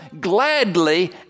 gladly